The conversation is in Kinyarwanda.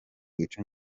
wica